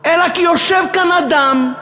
אלא כי יושב כאן אדם,